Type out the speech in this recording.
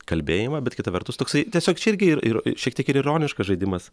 kalbėjimą bet kita vertus toksai tiesiog čia irgi ir ir šiek tiek ir ironiškas žaidimas